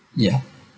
ya